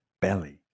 belly